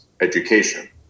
education